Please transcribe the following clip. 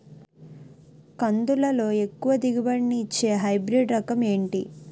కందుల లో ఎక్కువ దిగుబడి ని ఇచ్చే హైబ్రిడ్ రకం ఏంటి?